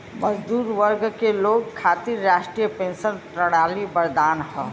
मजदूर वर्ग के लोग खातिर राष्ट्रीय पेंशन प्रणाली वरदान हौ